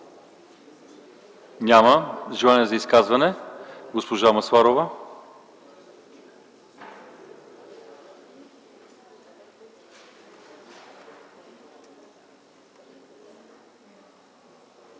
няма. Желание за изказване – госпожа Масларова.